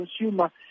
consumer